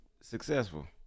successful